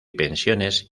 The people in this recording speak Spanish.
pensiones